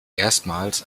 erstmals